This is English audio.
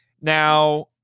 now